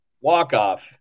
Walk-Off